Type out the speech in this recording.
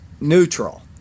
neutral